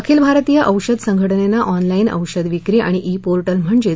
आखिल भारतीय औषध संघटनेनं ऑनलाईन औषध विक्री आणि ई पोर्टल म्हणजेच